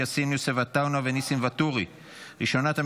אושרה בקריאה הטרומית ותעבור לוועדת הכלכלה לצורך הכנתה לקריאה ראשונה.